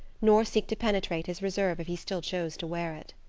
nor seek to penetrate his reserve if he still chose to wear it.